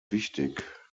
wichtig